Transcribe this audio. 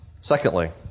Secondly